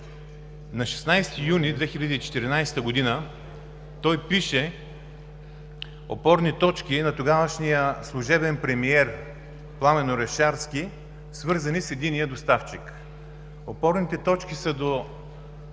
На 16 юни 2014 г. той пише опорни точки на тогавашния служебен премиер Пламен Орешарски, свързани с единия доставчик. Опорните точки са по